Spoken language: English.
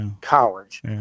College